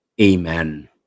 amen